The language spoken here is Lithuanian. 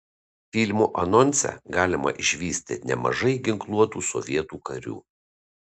filmo anonse galima išvysti nemažai ginkluotų sovietų karių